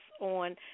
on